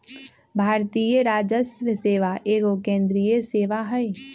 भारतीय राजस्व सेवा एगो केंद्रीय सेवा हइ